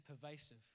pervasive